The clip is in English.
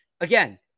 again